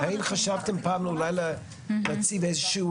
האם חשבתם פעם לעשות קו